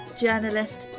journalist